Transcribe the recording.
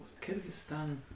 kyrgyzstan